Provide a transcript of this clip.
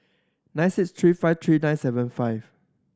nine six three five three nine seven five